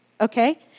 Okay